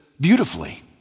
beautifully